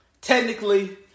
technically